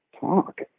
talk